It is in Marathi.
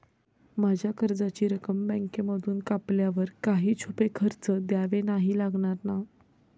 माझ्या कर्जाची रक्कम बँकेमधून कापल्यावर काही छुपे खर्च द्यावे नाही लागणार ना?